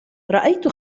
رأيت